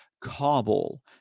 cobble